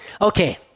Okay